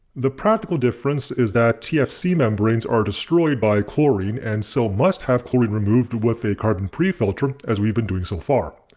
the practical difference is that tfc membranes are destroyed by chlorine and so must have chlorine removed with a carbon prefilter, as we've been doing so far.